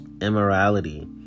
immorality